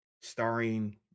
starring